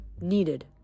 needed